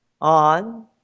on